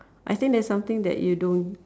I think there's something that you don't